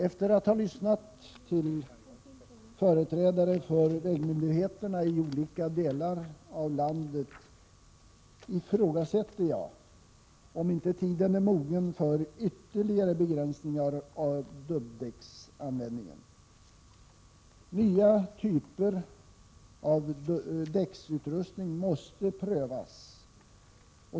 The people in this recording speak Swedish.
Efter att ha lyssnat till företrädare för vägmyndigheterna i olika delar av landet ifrågasätter jag om tiden inte är mogen för ytterligare begränsningar av dubbdäcksanvändningen. Nya typer av däcksutrustning måste prövas.